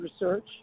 research